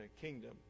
kingdom